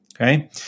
Okay